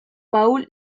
paul